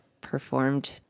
performed